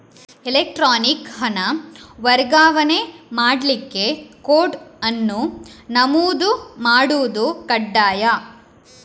electronic ಹಣ ವರ್ಗಾವಣೆ ಮಾಡ್ಲಿಕ್ಕೆ ಕೋಡ್ ಅನ್ನು ನಮೂದು ಮಾಡುದು ಕಡ್ಡಾಯ